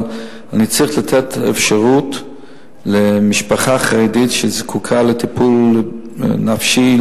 אבל אני צריך לתת אפשרות למשפחה חרדית שזקוקה לטיפול נפשי,